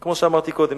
כמו שאמרתי קודם,